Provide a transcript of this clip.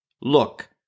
Look